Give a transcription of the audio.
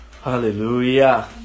Hallelujah